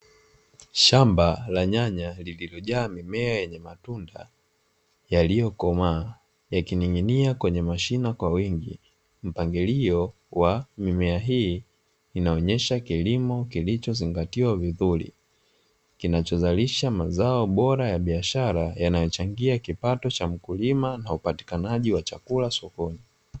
Shamba la nyanya lililojaa mimea yenye matunda yaliyokomaa yakining'inia kwenye mashina kwa wingi. Mpangilio wa mimea hii inaonyesha kilimo kilichozingatiwa vizuri kinachozalisha mazao bora ya biashara yanayochangia kipato cha mkulima na upatikanaji wa chakula sokoni.